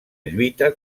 lluita